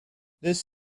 this